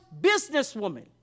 businesswoman